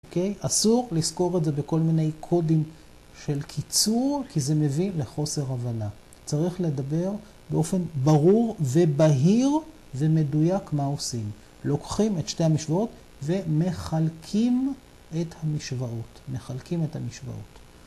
אוקיי? אסור לזכור את זה בכל מיני קודים של קיצור, כי זה מביא לחוסר הבנה. צריך לדבר באופן ברור ובהיר ומדויק מה עושים. לוקחים את שתי המשוואות ומחלקים את המשוואות. מחלקים את המשוואות.